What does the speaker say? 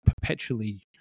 perpetually